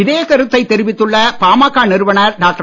இதே கருத்தைத் தெரிவித்துள்ள பாமக நிறுவனர் டாக்கடர்